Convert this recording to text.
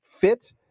fit